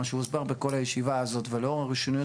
מה שהוסבר בכל הישיבה הזאת ולאור הראשוניות